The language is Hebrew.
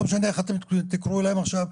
לא משנה איך אתם תקראו להם עכשיו,